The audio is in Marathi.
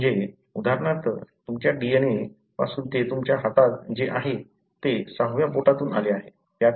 म्हणजे उदाहरणार्थ तुमच्या DNA पासून ते तुमच्या हातात जे आहे ते सहाव्या बोटातून आले आहे